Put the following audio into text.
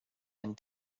and